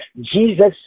Jesus